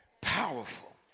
powerful